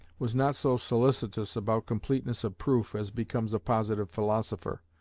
was not so solicitous about completeness of proof as becomes a positive philosopher,